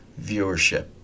viewership